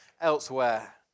elsewhere